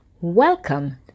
Welcome